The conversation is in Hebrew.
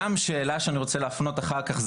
גם שאלה שאני רוצה להפנות אחר כך,